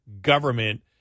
Government